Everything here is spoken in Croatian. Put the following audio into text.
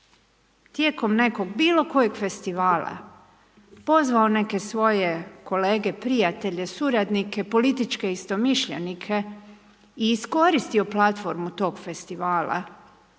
tijekom nekog, bilo kojeg festivala pozvao neke svoje kolege prijatelje, suradnike, političke istomišljenike i iskoristio platformu tog festivala